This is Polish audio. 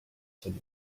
sobą